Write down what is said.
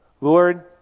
Lord